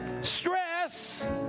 Stress